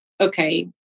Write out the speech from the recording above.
okay